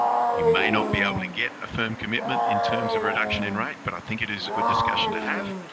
you may not be able to get a firm commitment in terms of reduction in rate, but i think it is a good discussion to have